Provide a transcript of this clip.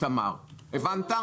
איתמר, הבנת?